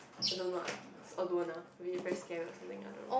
so don't know ah or don't ah will be very scared or something I don't know